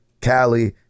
Cali